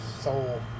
soul